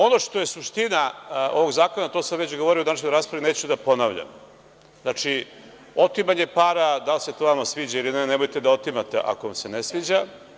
Ono što je suština ovog zakona, to sam već govorio u današnjoj raspravi, neću da ponavljam, otimanje para, da li se to vama sviđa ili ne, nemojte da otimate ako vam se ne sviđa.